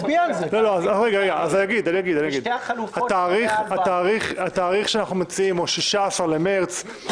שתי החלופות -- התאריך שאנחנו מציעים הוא 16 במרץ,